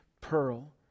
pearl